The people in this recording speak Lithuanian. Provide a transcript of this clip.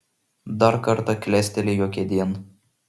dar kartą klestelėjo kėdėn